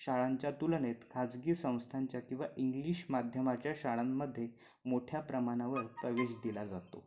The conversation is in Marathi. शाळांच्या तुलनेत खाजगी संस्थांच्या किंवा इंग्लिश माध्यमाच्या शाळांमध्ये मोठ्या प्रमाणावर प्रवेश दिला जातो